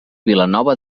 vilanova